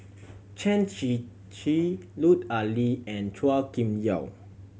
Chen Shiji Lut Ali and Chua Kim Yeow